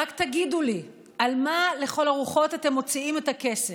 ורק אז קיבלתי לראשונה דמי נכות כוללת על סך של 5,000